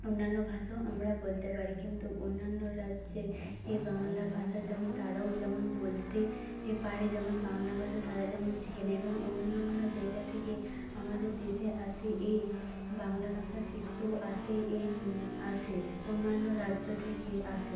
অন্যান্য ভাষাও আমরা বলতে পারি কিন্তু অন্যান্য রাজ্যে এ বাংলা ভাষা যেমন তারাও যেমন বলতে এ পারে যেমন বাংলা ভাষা তারা যেমন শেখেনি এবং অন্য অন্য জায়গা থেকে আমাদের দেশে আসে এই বাংলা ভাষা শিখতেও আসে এই আসে অন্যান্য রাজ্য থেকে আসে